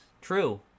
true